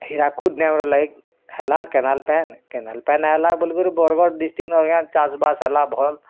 ହୀରାକୁଦ୍ ଡ଼୍ୟାମ୍ର ଲାଗି ହେଲା କେନାଲ୍ ପାନ୍ କେନାଲ୍ ପାନ୍ ଆଇଲା ବୋଲି କରି ବରଗଡ଼୍ ଡ଼ିଷ୍ଟ୍ରିକ୍ ଇନ ଆଜ୍ଞା ଚାଷ୍ବାସ୍ ହେଲା ଭଲ୍